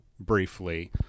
Briefly